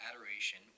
adoration